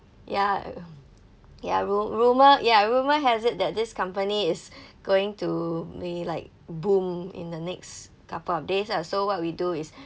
ya uh ya ru~ rumour ya rumour has it that this company is going to be like boom in the next couple of days lah so what we do is